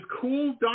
cool